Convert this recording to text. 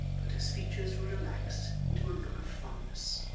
but his features would relax into a look of fondness.